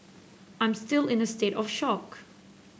I'm still in a state of shock